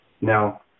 Now